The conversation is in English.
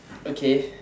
okay